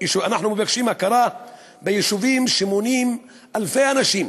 אנחנו מבקשים הכרה ביישובים שמונים אלפי אנשים,